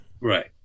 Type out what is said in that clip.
right